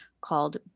called